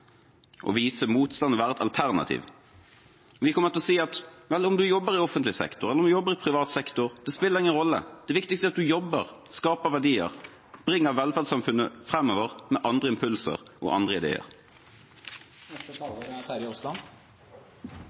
vise motstand og være et alternativ. Vi kommer til å si at vel, om man jobber i offentlig sektor eller man jobber i privat sektor, spiller det ingen rolle. Det viktigste er at man jobber, skaper verdier, bringer velferdssamfunnet fremover med andre impulser og andre